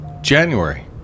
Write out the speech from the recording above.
January